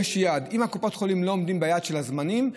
יש יעד: אם קופות החולים לא עומדות ביעד של הזמנים,